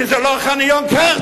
כי זה לא חניון קרתא.